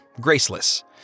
Graceless